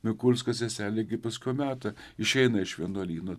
mikulsko seselė gi paskui meta išeina iš vienuolyno